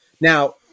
Now